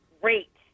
Great